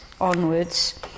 onwards